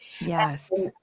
yes